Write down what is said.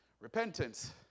Repentance